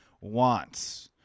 wants